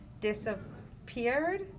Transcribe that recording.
disappeared